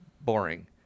boring